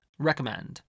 recommend